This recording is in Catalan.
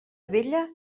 vella